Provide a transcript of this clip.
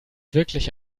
wirklich